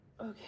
Okay